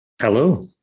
Hello